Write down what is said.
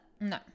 No